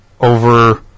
over